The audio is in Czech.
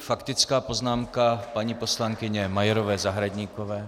Faktická poznámka paní poslankyně Majerové Zahradníkové.